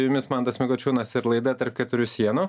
jumis mantas mikučiūnas ir laida tarp keturių sienų